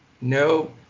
No